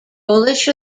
polish